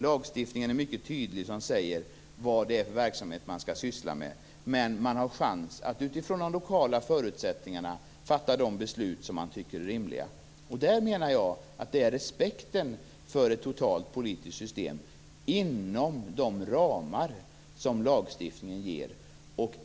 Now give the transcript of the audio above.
Lagstiftningen som säger vad det är för verksamhet man skall syssla med är mycket tydlig, men man har chans att fatta de beslut som man tycker är rimliga utifrån de lokala förutsättningarna. Jag menar att det handlar om respekten för ett totalt politiskt system inom de ramar som lagstiftningen ger.